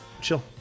Chill